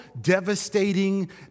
devastating